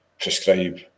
prescribe